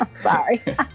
Sorry